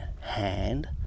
hand